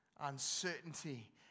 uncertainty